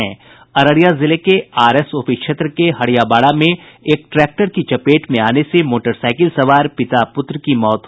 अररिया जिले के R S OP क्षेत्र के हरियाबाड़ा में एक ट्रैक्टर की चपेट में आने से मोटरसाइकिल सवार पिता पुत्र की मौत हो गयी